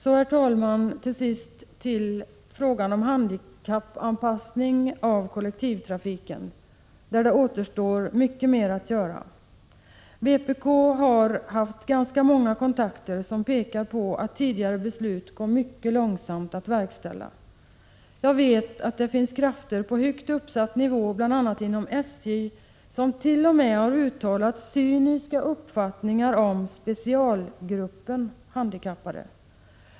Så, herr talman, till sist till ftågan om handikappanpassning av kollektivtrafiken. Där återstår mycket att göra. Vpk har haft ganska många kontakter som pekar på att det går mycket långsamt att verkställa tidigare beslut. Jag vet att det finns krafter på hög nivå, bl.a. inom SJ, somt.o.m. uttalat cyniska uppfattningar om ”specialgruppen” handikappade.